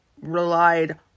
Relied